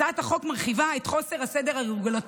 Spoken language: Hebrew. הצעת החוק מרחיבה את חוסר הסדר הרגולטורי.